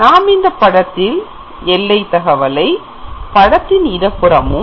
நாம் இந்த படத்தில் எல்லை தகவலை படத்தின் இடப்புறமும்